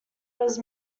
was